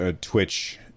Twitch